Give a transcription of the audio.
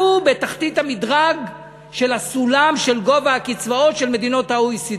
אנחנו בתחתית המדרג של הסולם של גובה הקצבאות של מדינות ה-OECD.